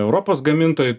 europos gamintojai